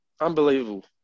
Unbelievable